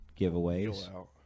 giveaways